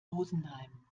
rosenheim